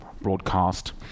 broadcast